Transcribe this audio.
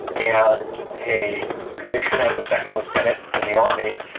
and a commission as a second lieutenant in the army.